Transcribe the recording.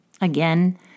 Again